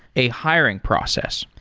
a hiring process.